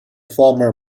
former